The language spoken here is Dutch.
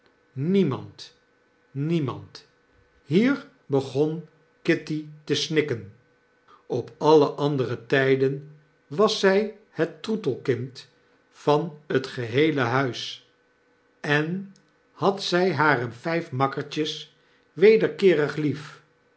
niemand i hier begon kitty te snikken op alle andere tpen was zy het troetelkind van het geheele huis en had zij harevpmakkdrtjes wederkeerig lief